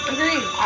Agreed